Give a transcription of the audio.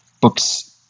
books